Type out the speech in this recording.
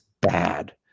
bad